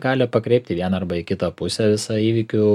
gali pakreipti į vieną arba į kitą pusę visą įvykių